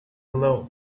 alone